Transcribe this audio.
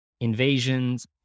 invasions